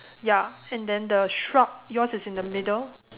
ya and then the shrub yours is in the middle